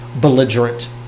belligerent